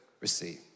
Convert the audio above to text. receive